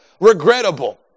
regrettable